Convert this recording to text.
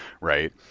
right